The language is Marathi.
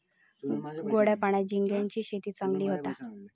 गोड्या पाण्यात झिंग्यांची शेती चांगली होता